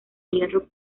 hierro